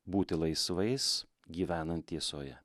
būti laisvais gyvenant tiesoje